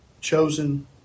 chosen